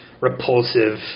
repulsive